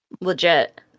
Legit